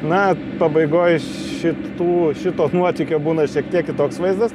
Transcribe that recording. na pabaigoj šitų šito nuotykio būna šiek tiek kitoks vaizdas